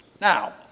Now